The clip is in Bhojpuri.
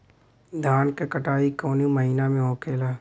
धान क कटाई कवने महीना में होखेला?